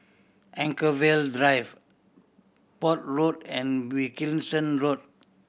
Anchorvale Drive Port Road and Wilkinson Road